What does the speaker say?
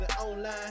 online